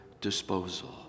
disposal